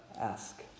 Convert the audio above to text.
ask